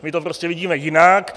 My to prostě vidíme jinak.